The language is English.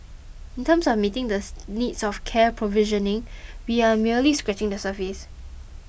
in terms of meeting this needs of care provisioning we are merely scratching the surface